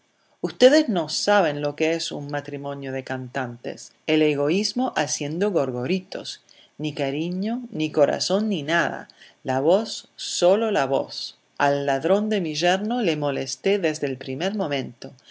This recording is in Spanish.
ustedes no saben lo que es un matrimonio de cantantes el egoísmo haciendo gorgoritos ni cariño ni corazón ni nada la voz sólo la voz al ladrón de mi yerno le molesté desde el primer momento